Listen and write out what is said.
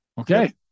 Okay